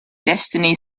destiny